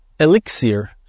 elixir